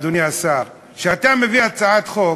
אדוני השר, שאתה מביא הצעת חוק,